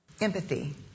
Empathy